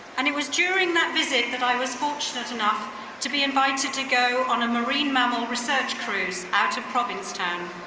and it was during that visit that i was fortunate enough to be invited to go on a marine mammal research cruise out of provincetown.